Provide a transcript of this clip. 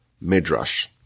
Midrash